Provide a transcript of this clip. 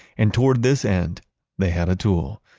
and toward this end they had a tool,